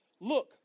Look